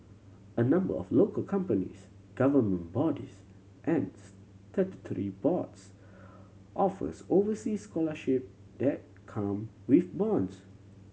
a number of local companies government bodies and statutory boards offers overseas scholarship that come with bonds